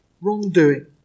Wrongdoing